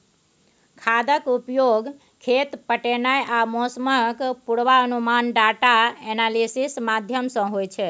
खादक उपयोग, खेत पटेनाइ आ मौसमक पूर्वानुमान डाटा एनालिसिस माध्यमसँ होइ छै